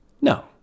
No